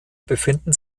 befinden